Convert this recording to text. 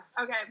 okay